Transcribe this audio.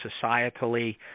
societally